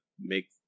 make